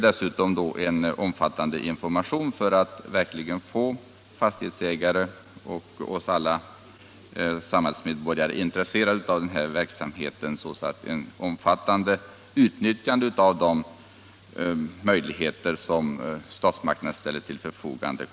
Dessutom föreslås en omfattande information för att man verkligen skall få fastighetsägare och alla andra samhällsmedborgare intresserade av denna verksamhet, så att det blir ett omfattande utnyttjande av de möjligheter som statsmakterna ställer till förfogande.